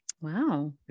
Wow